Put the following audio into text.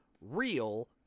real